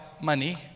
money